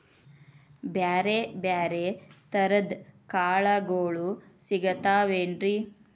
ಬ್ಯಾರೆ ಬ್ಯಾರೆ ತರದ್ ಕಾಳಗೊಳು ಸಿಗತಾವೇನ್ರಿ?